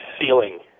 ceiling